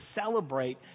celebrate